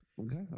Okay